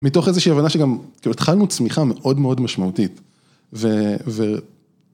מתוך איזושהי הבנה שגם, כאילו, התחלנו צמיחה מאוד מאוד משמעותית ו...